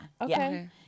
Okay